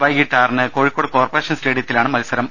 വൈകീട്ട് ആറിന് Kozhikode corporation സ്റ്റേഡിയത്തിലാണ് മത്സരം